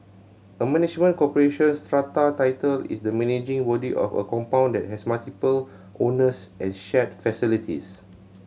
a management corporation strata title is the managing body of a compound that has multiple owners and shared facilities